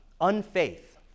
unfaith